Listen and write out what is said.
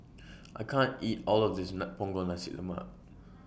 I can't eat All of This Punggol Nasi Lemak